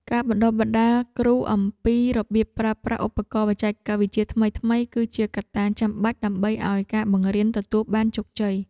ការបណ្តុះបណ្តាលគ្រូអំពីរបៀបប្រើប្រាស់ឧបករណ៍បច្ចេកវិទ្យាថ្មីៗ គឺជាកត្តាចាំបាច់ដើម្បីឱ្យការបង្រៀនទទួលបានជោគជ័យ។